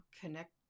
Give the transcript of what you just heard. connect